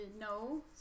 No